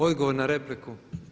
Odgovor na repliku.